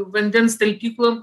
vandens talpyklo